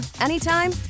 anytime